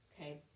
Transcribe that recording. okay